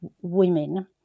women